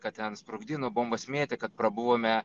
kad ten sprogdino bombas mėtė kad prabuvome